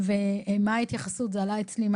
זה עלה אצלי.